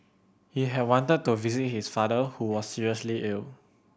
he had wanted to visit his father who was seriously ill